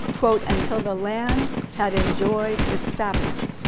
until the land had enjoyed its sabbaths.